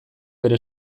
bere